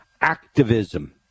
activism